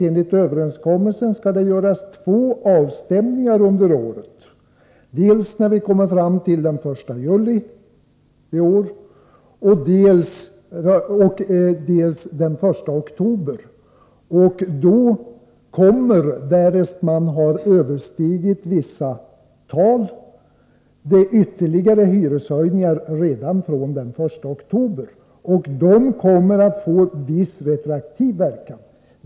Enligt överenskommelsen skall det göras två avstämningar under året, den 1 juli och den 1 oktober i år. Därest man har överstigit vissa tal kommer det ytterligare hyreshöjningar redan från den 1 oktober. Och de kommer att få viss retroaktiv verkan.